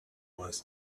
was